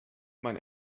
mein